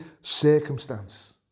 circumstance